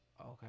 Okay